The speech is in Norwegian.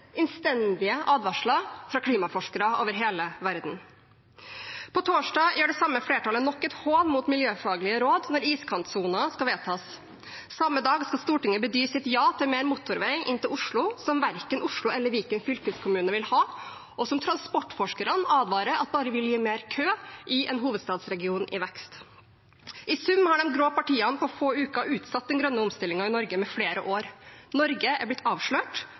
innstendige advarsler fra klimaforskere over hele verden. På torsdag håner det samme flertallet nok en gang miljøfaglige råd når iskantsonen skal vedtas. Samme dag skal Stortinget bedyre sitt ja til mer motorvei inn til Oslo, som verken Oslo eller Viken fylkeskommune vil ha, og som transportforskerne advarer om at bare vil gi mer kø i en hovedstadsregion i vekst. I sum har de grå partiene på få uker utsatt den grønne omstillingen i Norge med flere år. Norge har blitt avslørt: